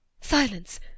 Silence